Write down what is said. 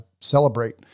celebrate